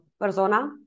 persona